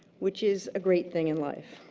which is a great thing in life.